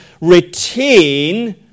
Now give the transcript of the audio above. retain